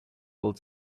old